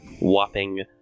whopping